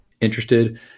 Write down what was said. interested